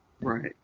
Right